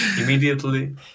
Immediately